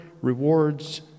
rewards